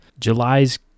July's